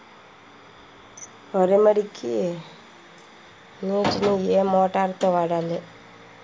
వరి మడికి నీటిని ఏ మోటారు తో వాడాలి?